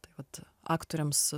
taip vat aktoriams